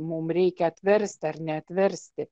mum reikia atversti ar neatversti